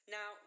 Now